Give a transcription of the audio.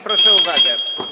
Proszę o uwagę.